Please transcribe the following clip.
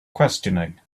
questioning